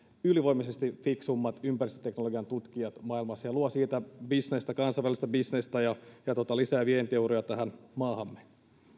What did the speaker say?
ylivoimaisesti fiksuimmat ympäristöteknologian tutkijat maailmassa ja luovat siitä bisnestä kansainvälistä bisnestä ja lisäävät vientiuria tähän maahamme